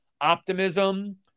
optimism